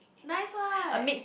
nice what